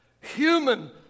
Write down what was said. Human